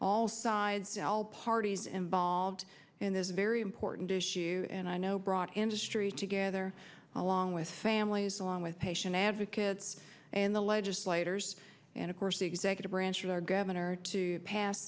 all sides all parties involved in this very important issue and i know brought industry together along with families along with patient advocates and the legislators and of course the executive branch of our governor to pass